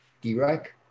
direct